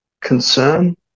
concern